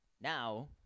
now